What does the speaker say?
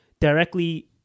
directly